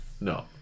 No